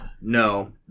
No